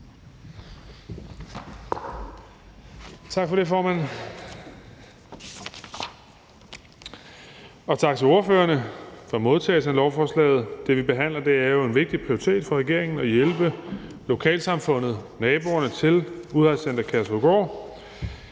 Tak for det, formand. Og tak til ordførerne for modtagelsen af lovforslaget. Det, vi behandler, er jo en vigtig prioritet for regeringen – at hjælpe lokalsamfundet, naboerne til Udrejsecenter Kærshovedgård.